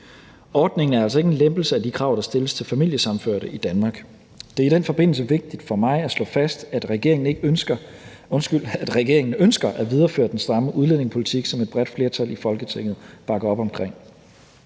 Ordningen er altså ikke en lempelse af de krav, der stilles til familiesammenførte i Danmark. Det er i den forbindelse vigtigt for mig at slå fast, at regeringen ønsker at videreføre den stramme udlændingepolitik, som et bredt flertal i Folketinget bakker op om.